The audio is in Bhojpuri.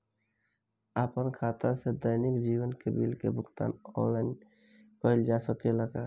आपन खाता से दैनिक जीवन के बिल के भुगतान आनलाइन कइल जा सकेला का?